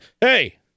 hey